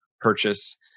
purchase